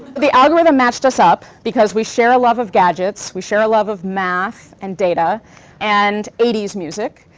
the algorithm matched us up because we share a love of gadgets, we share a love of math and data and eighty s music,